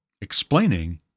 explaining